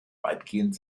weitgehend